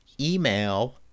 email